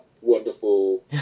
wonderful